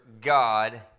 God